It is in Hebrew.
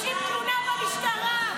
מגישים תלונה במשטרה.